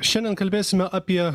šiandien kalbėsime apie